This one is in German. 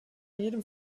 jedem